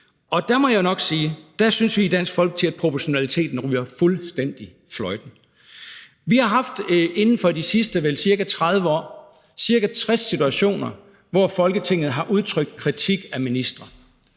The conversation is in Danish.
Og der må jeg jo nok sige, at vi i Dansk Folkeparti synes, at proportionaliteten fuldstændig går fløjten. Vi har vel inden for de sidste ca. 30 år haft ca. 60 situationer, hvor Folketinget har udtrykt kritik af ministre